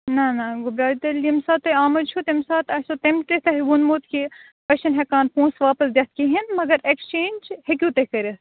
نَہ نَہ گوٚبرہ تیٚلہِ یَیٚمہِ ساتہٕ تُہۍ آمٕتۍ چھو تَمہِ ساتہٕ آسوٕ تٔمۍ تہِ تۄہہِ ووٚنمُت کِہ أسۍ چھِنہِ ہِیٚکان پونٛسہٕ واپَس دِتھ کہینۍ مگرایکٕسچینج ہیٚکِوتُہۍ کٔرِِتھ